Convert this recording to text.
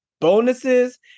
bonuses